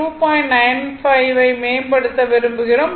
95 ஐ மேம்படுத்த விரும்புகிறோம்